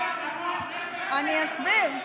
אני אסביר.